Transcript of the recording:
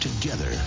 Together